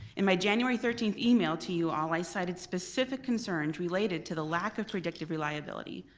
in my january thirteenth email to you all, i cited specific concerns related to the lack of predictive reliability,